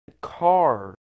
Car